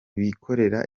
bikorera